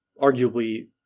arguably